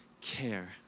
care